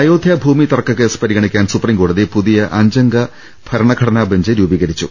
അയോധ്യഭൂമി തർക്ക കേസ് പരിഗണിക്കാൻ സുപ്രീംകോടതി പുതിയ അഞ്ചംഗ ഭരണഘടനാ ബെഞ്ച് രൂപീകരിച്ചു